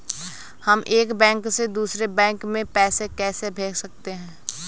हम एक बैंक से दूसरे बैंक में पैसे कैसे भेज सकते हैं?